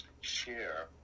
share